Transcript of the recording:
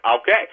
Okay